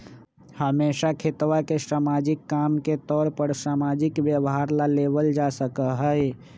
हमेशा खेतवा के सामाजिक काम के तौर पर सामाजिक व्यवहार ला लेवल जा सका हई